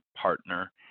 Partner